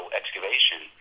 excavation